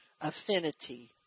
affinity